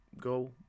go